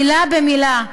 מילה במילה: